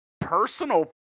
personal